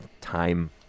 time